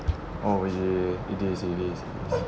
oh yeah yeah yeah it is it is it is